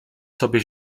sobie